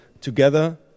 together